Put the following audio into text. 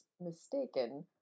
mistaken